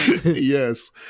Yes